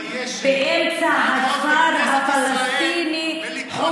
איך את לא מתביישת לעמוד בכנסת ישראל ולקרוא לחיילים צבא מלחמת הכיבוש?